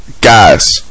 Guys